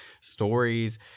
stories